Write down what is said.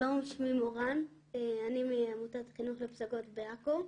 שלום, שמי מורן, אני מעמותת חינוך לפסגות בעכו.